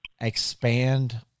expand